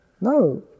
No